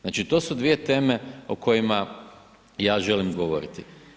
Znači, to su dvije teme o kojima ja želim govoriti.